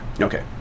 Okay